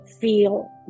feel